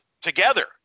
together